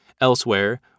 Elsewhere